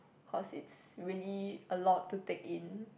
cause it's really a lot to take in